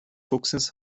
fuchses